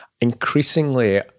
increasingly